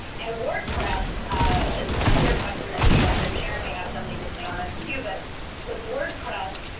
and wordpress is another question that came up. and sharron may have something to say on this too. but with wordpress,